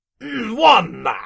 One